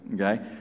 okay